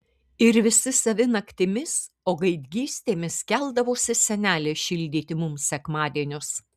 ir visi savi naktimis o gaidgystėmis keldavosi senelė šildyti mums sekmadienius